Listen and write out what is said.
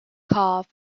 carve